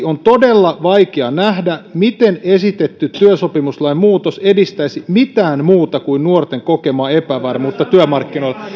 on todella vaikea nähdä miten esitetty työsopimuslain muutos edistäisi mitään muuta kuin nuorten kokemaa epävarmuutta työmarkkinoilla